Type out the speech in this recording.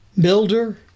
builder